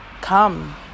come